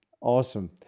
awesome